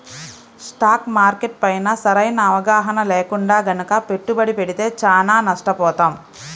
stock market పైన సరైన అవగాహన లేకుండా గనక పెట్టుబడి పెడితే చానా నష్టపోతాం